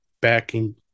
backing